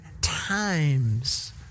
times